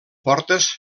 portes